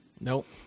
Nope